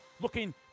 looking